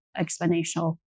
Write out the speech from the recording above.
exponential